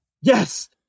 Yes